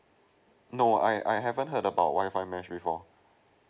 no I I haven't heard about WI-FI mesh before